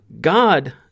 God